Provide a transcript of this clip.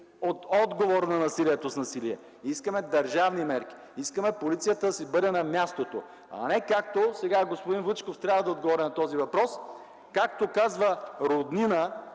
отговор на насилието с насилие! Искаме държавни мерки! Искаме полицията да си бъде на мястото, а не да е като сега, и господин Вучков трябва да отговори на този въпрос, както казва роднината,